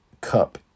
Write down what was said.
Cup